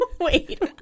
Wait